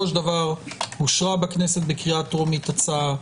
אושרה בכנסת בקריאה טרומית הצעה,